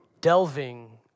delving